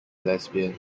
lesbian